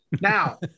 Now